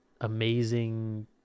amazing